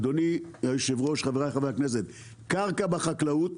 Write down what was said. אדוני היו"ר, חבריי חברי הכנסת, קרקע בחקלאות